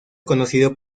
conocido